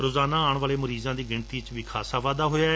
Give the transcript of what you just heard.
ਰੋਜ਼ਾਨਾ ਆਉਣ ਵਾਲੇ ਮਰੀਜ਼ਾਂ ਦੀ ਗਿਣਤੀ ਵਿਚ ਵੀ ਵਾਧਾ ਹੋਇਐ